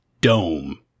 dome